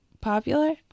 popular